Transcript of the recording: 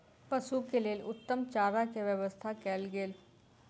पशु के लेल उत्तम चारा के व्यवस्था कयल गेल